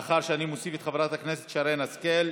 לאחר שאני מוסיף את חברת הכנסת שרן השכל.